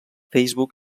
facebook